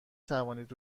توانید